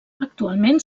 actualment